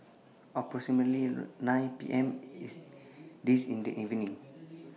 approximately nine P M This in This evening